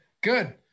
good